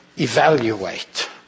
evaluate